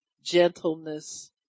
gentleness